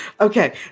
Okay